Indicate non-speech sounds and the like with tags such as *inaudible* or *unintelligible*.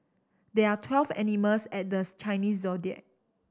there are twelve animals at the *unintelligible* Chinese Zodiac